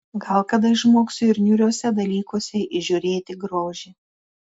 gal kada išmoksiu ir niūriuose dalykuose įžiūrėti grožį